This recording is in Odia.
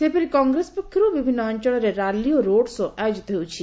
ସେହିପରି କଂଗ୍ରେସ ପକ୍ଷରୁ ବିଭିନ୍ ଅଞ୍ଚଳରେ ର୍ୟାଲି ଓ ରୋଡ୍ ଶୋ ଆୟୋଜିତ ହେଉଛି